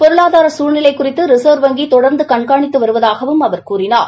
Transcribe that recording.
பொருளாதார சூழ்நிலை குறித்து ரிசா்வ் வங்கி தொடர்ந்து கண்காணித்து வருவதாகவும் அவர் கூறினார்